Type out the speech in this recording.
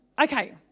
okay